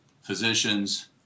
physicians